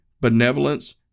benevolence